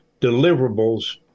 deliverables